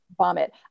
vomit